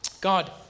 God